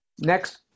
Next